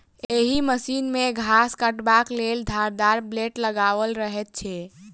एहि मशीन मे घास काटबाक लेल धारदार ब्लेड लगाओल रहैत छै